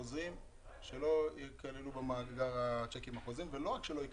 והוא מחתים אותו גם בבנקים וגם